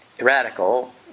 radical